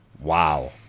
Wow